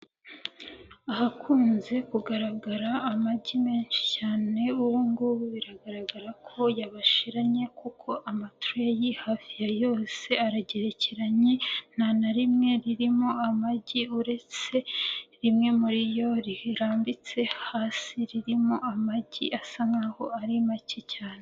Ahakunze kugaragara amagi menshi cyane ubungubu biragaragara ko yabashiranye kuko amatureyi hafi ya yose aragerekeranye, nta na rimwe ririmo amagi uretse, rimwe muri yo rirambitse hasi ririmo amagi asa nkaho ari make cyane.